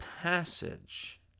passage